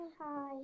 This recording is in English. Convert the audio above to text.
hi